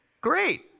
Great